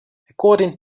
according